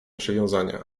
przywiązania